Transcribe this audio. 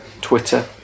Twitter